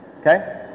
okay